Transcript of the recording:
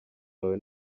bawe